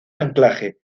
anclaje